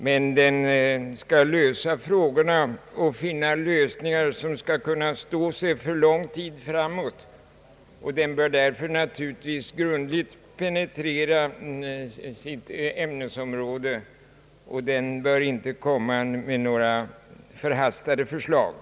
Kommittén skall emellertid finna lösningar som kan stå sig för lång tid framåt, och den bör därför naturligtvis grundligt penetrera sitt ämnesområde och inte komma med några förhastade förslag.